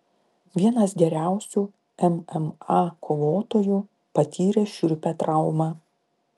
vienas geriausių mma kovotojų patyrė šiurpią traumą